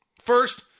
First